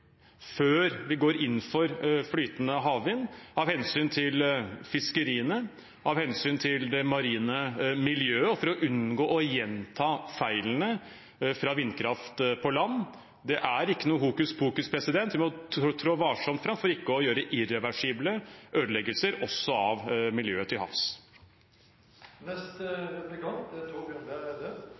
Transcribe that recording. før vi går inn for flytende havvind, av hensyn til fiskeriene, av hensyn til det marine miljøet og for å unngå å gjenta feilene fra vindkraft på land. Det er ikke noe hokuspokus. Vi må trå varsomt fram for ikke å gjøre irreversible ødeleggelser også av miljøet til